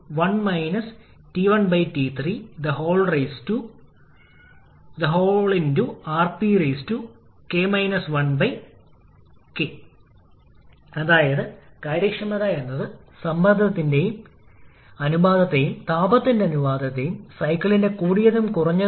അതിനാൽ താഴ്ന്ന മർദ്ദമുള്ള ടർബൈനിലെ വാതകത്തിനുള്ള സിപിയുമായി താരതമ്യപ്പെടുത്തുമ്പോൾ അതിന്റെ സിപി കൂടുതലാകാം